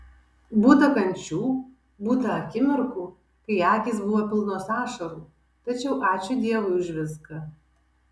būta kančių būta akimirkų kai akys buvo pilnos ašarų tačiau ačiū dievui už viską